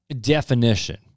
definition